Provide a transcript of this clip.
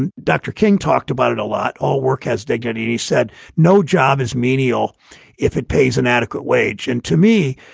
and dr. king talked about it a lot. all work has dignity. and he said no job is menial if it pays inadequate wage. and to me,